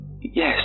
Yes